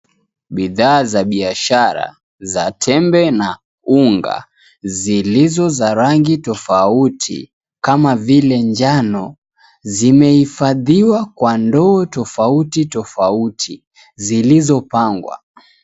Bidhaa za biashara, za tembe na unga zilizo za rangi tofauti kama vile njano vimehifadhiwa kwa ndoo tofauti tofauti zilizopangwa.